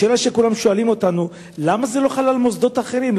השאלה שכולם שואלים אותנו היא: למה זה לא חל על מוסדות אחרים,